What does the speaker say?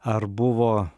ar buvo